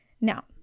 Now